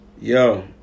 Yo